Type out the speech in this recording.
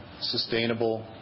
sustainable